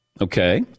Okay